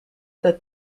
that